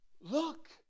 look